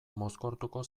mozkortuko